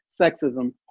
sexism